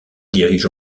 dirige